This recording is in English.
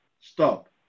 Stop